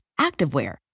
activewear